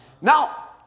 Now